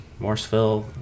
Morseville